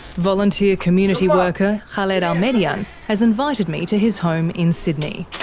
volunteer community worker khaled al-medyan has invited me to his home in sydney.